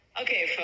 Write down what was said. okay